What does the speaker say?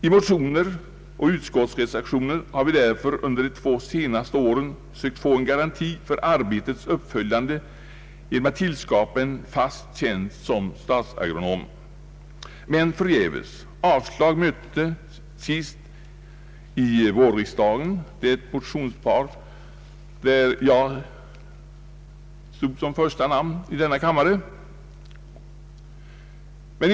I motioner och utskottsreservationer har vi därför under de senaste två åren sökt få en garanti för arbetets uppföljande genom att tillskapa en fast tjänst som statsagronom. Men förgäves; avslag mötte, senast under vårriksdagen 1969, det motionspar under vilket jag stod som första namn i denna kammare.